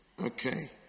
Okay